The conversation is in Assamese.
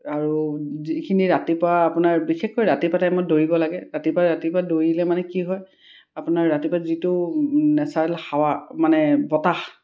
আৰু যিখিনি ৰাতিপুৱা আপোনাৰ বিশেষকৈ ৰাতিপুৱা টাইমত দৌৰিব লাগে ৰাতিপুৱা ৰাতিপুৱা দৌৰিলে মানে কি হয় আপোনাৰ ৰাতিপুৱা যিটো নেচাৰেল হাৱা মানে বতাহ